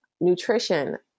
Nutrition